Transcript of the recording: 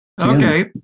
Okay